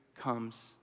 comes